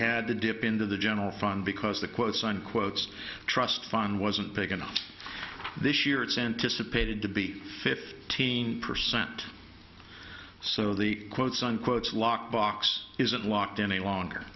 had to dip into the general fund because the quotes on quotes trust fund wasn't big enough this year it's anticipated to be fifteen percent so the quotes unquote lockbox isn't locked any longer